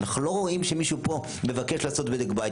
אנחנו לא רואים שמישהו פה מבקש לעשות בדק בית.